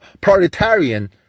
proletarian